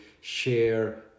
share